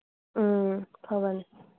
ꯎꯝ ꯐꯕꯅꯤ